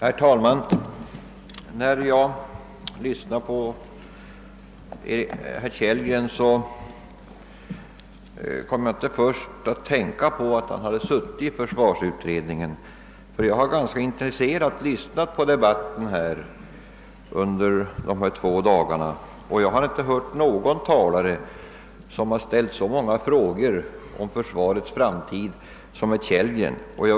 Herr talman! När jag lyssnade på herr Kellgren kom jag först inte att tänka på att han har suttit i försvarsutredningen. Jag har intresserat lyssnat på försvarsdebatten under dessa två dagar, och jag har inte hört någon talare ställa så många frågor om försvarets framtid som herr Kellgren.